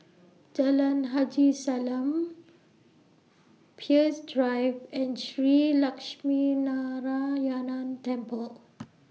Jalan Haji Salam Peirce Drive and Shree Lakshminarayanan Temple